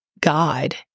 God